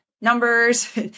numbers